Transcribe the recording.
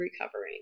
recovering